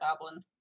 goblin